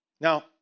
Now